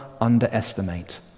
underestimate